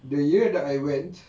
the year that I went